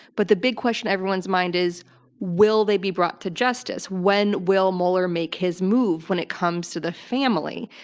but the big question on everyone's mind is will they be brought to justice? when will mueller make his move when it comes to the family?